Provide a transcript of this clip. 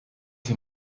him